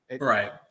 Right